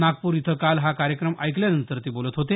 नागपूर इथं हा कार्यक्रम ऐकल्यानंतर ते बोलत होते